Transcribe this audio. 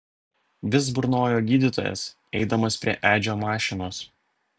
vis burnojo gydytojas eidamas prie edžio mašinos